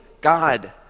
God